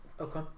Okay